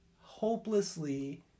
hopelessly